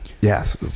Yes